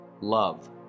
love